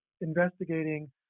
investigating